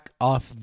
off